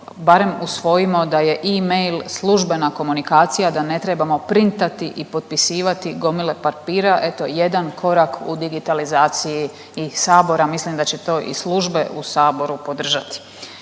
barem usvojimo da je email službena komunikacija da ne trebamo printati i potpisivati gomile papira, eto jedan korak u digitalizaciji i sabora. Mislim da će to i službe u saboru podržati.